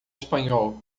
espanhol